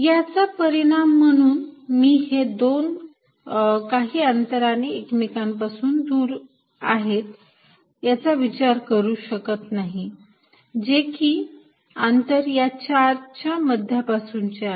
याचा परिणाम म्हणून मी हे दोन काही अंतराने एकमेकांपासून दूर आहेत याचा विचार करू शकत नाही जे की अंतर या चार्ज च्या मध्यापासून चे आहे